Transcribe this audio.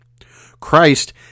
Christ